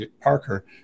Parker